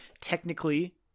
technically